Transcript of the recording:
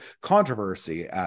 controversy